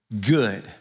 good